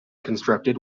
constructed